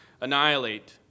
annihilate